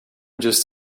just